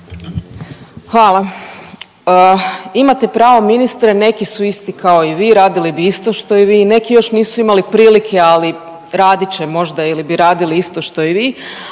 Hvala. Imate pravo ministre, neki su isti kao i vi, radili bi isto što i vi, neki još nisu imali prilike ali radit će možda ili bi radili isto što i vi,